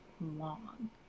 long